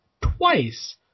twice